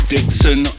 Dixon